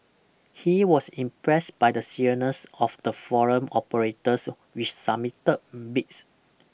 he was impressed by the seriousness of the foreign operators which submitted bids